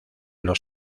los